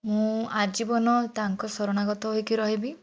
ମୁଁ ଆଜୀବନ ତାଙ୍କ ଶରଣାଗତ ହୋଇକି ରହିବି